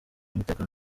umutekano